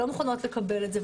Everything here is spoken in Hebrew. הן לא מוכנות לקבל את זה.